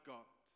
God